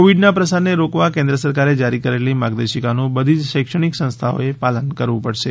કોવિડના પ્રસારને રોકવા કેન્દ્ર સરકારે જારી કરેલી માર્ગદર્શિકાનું બધી જ શૈક્ષણિક સંસ્થાઓએ પાલન કરવું પડશે